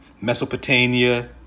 Mesopotamia